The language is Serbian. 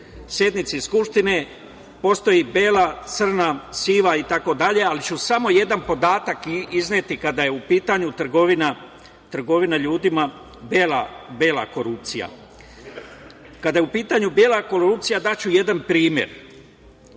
sednici Skupštine, postoji bela, crna, siva, itd, ali ću samo jedan podatak izneti kada je u pitanju trgovina ljudima, bela korupcija. Kada je u pitanju bela korupcija, daću jedan primer,